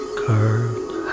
curved